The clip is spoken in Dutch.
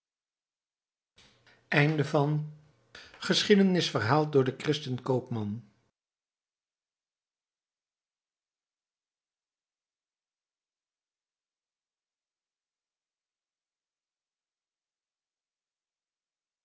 gepleegden doodslag door den christen koopman